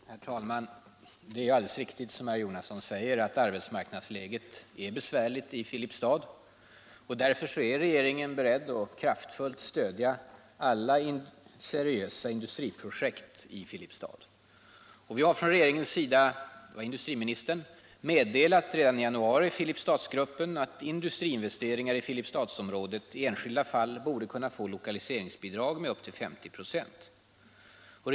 Herr talman! Det är alldeles riktigt som herr Jonasson säger, att arbetsmarknadsläget är besvärligt i Filipstad. Därför är regeringen också beredd att kraftfullt stödja alla seriösa industriprojekt i Filipstad. Vi har från regeringens sida — det var industriministern — redan i januari meddelat Filipstadsgruppen att industriinvesteringar i Filipstadsområdet i enskilda fall borde kunna få lokaliseringsbidrag med upp till 50 96.